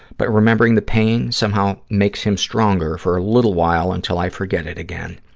but remembering the pain somehow makes him stronger for a little while, until i forget it again.